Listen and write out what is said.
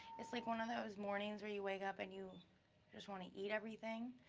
it's like one of those mornings where you wake up, and you just wanna eat everything.